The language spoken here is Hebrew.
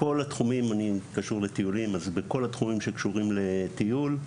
אני קשור לטיולים, אז בכל התחומים שקשורים לטיול,